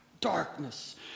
darkness